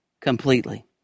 completely